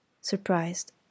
Surprised